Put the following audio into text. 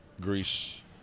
Greece